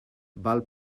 val